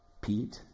Pete